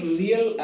real